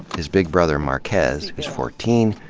his big brother markez, who's fourteen,